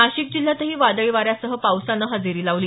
नाशिक जिल्ह्यातही वादळी वाऱ्यासह पावसानं हजेरी लावली